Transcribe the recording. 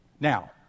now